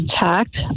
attacked